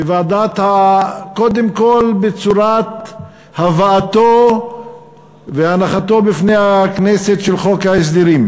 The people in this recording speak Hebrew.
קודם כול בצורת הבאתו והנחתו בפני הכנסת כחוק ההסדרים,